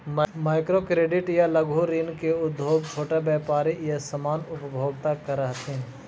micro credit या लघु ऋण के उपयोग छोटा व्यापारी या सामान्य उपभोक्ता करऽ हथिन